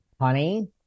honey